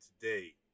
today